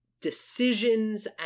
decisions